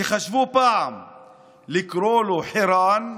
שחשבו פעם לקרוא לו חירן.